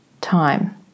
time